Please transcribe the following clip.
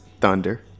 thunder